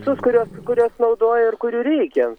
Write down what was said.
visus kuriuos kuriuos naudoja ir kurių reikia